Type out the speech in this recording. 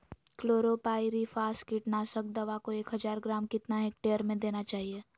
Chlorpyrifos कीटनाशक दवा को एक हज़ार ग्राम कितना हेक्टेयर में देना चाहिए?